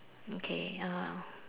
okay